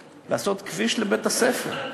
לסלול כביש לבית-הספר,